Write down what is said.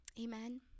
Amen